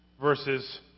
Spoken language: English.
versus